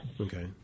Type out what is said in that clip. Okay